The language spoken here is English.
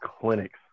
clinics